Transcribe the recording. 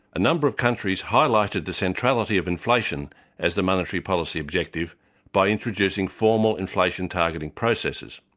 a number of countries highlighted the centrality of inflation as the monetary policy objective by introducing formal inflation targeting processes.